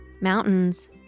mountains